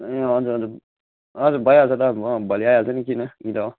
ए हजुर हजुर हजुर भइहाल्छ त म भोलि आइहाल्छु नि किन यहीँ त हो